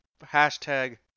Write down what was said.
hashtag